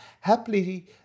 happily